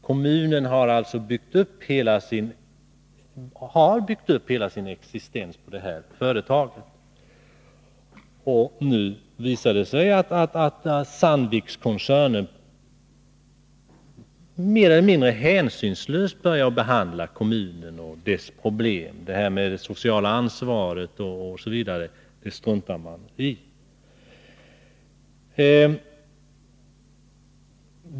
Kommunen har byggt upp hela sin existens på detta företag, och nu visar det sig att Sandvikkoncernen börjar behandla kommunen och dess problem mer eller mindre hänsynslöst. Man struntar i det sociala ansvaret.